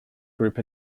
group